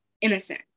innocent